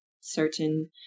certain